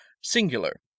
Singular